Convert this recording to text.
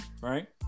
right